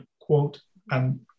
quote-and